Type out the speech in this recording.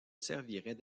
servirait